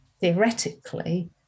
theoretically